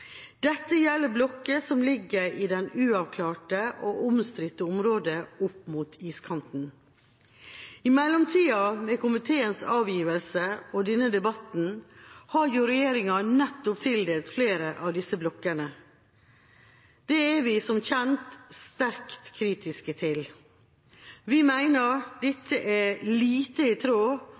Dette gjelder blokker som ligger i det uavklarte og omstridte området opp mot iskanten. I tiden mellom komiteens avgivelse og denne debatten har jo regjeringa nettopp tildelt flere av disse blokkene. Det er vi, som kjent, sterkt kritiske til. Vi mener dette er lite i tråd